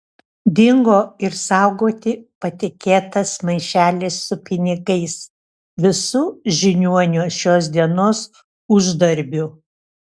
dingo ir saugoti patikėtas maišelis su pinigais visu žiniuonio šios dienos uždarbiu